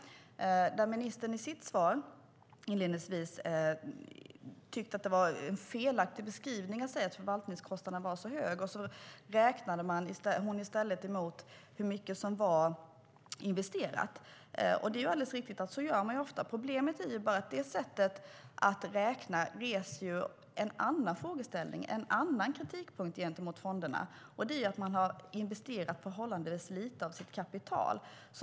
Ministern säger inledningsvis i sitt svar att hon tycker att det är en felaktig beskrivning att förvaltningskostnaden är så hög och räknar i stället mot hur mycket som är investerat. Det är alldeles riktigt att så gör man ofta. Problemet är bara att det sättet att räkna reser en annan frågeställning, en annan kritikpunkt gentemot fonderna. Det är att man har investerat förhållandevis lite av sitt kapital.